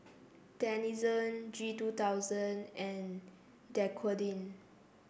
Denizen G two thousand and Dequadin